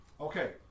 Okay